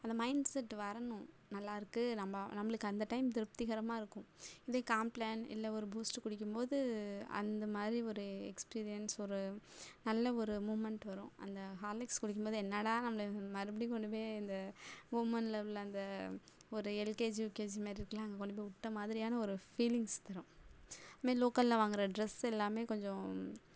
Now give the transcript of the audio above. அந்த mind set வரணும் நல்லா இருக்குது நம்ம நம்மளுக்கு அந்த டைம் திருப்திகரமாக இருக்கும் இதே காம்ப்ளேன் இல்லை ஒரு பூஸ்ட்டு குடிக்கும் போது அந்த மாதிரி ஒரு எக்ஸ்பீரியன்ஸ் ஒரு நல்ல ஒரு மூமெண்ட் வரும் அந்த ஹார்லிக்ஸ் குடிக்கும் போது என்னாடா நம்மள மறுபடியும் கொண்டு போய் இந்த மூமெண்ட்டில் உள்ள அந்த ஒரு எல்கேஜி யூகேஜி மாதிரி இருக்குதுல்ல அங்கே கொண்டு போய் விட்ட மாதிரியான ஒரு ஃபீலிங்ஸ் தரும் அதை மாரி லோக்கலில் வாங்கிற டிரெஸ் எல்லாமே கொஞ்சம்